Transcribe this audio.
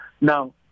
now